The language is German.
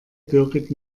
birgit